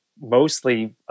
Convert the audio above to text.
mostly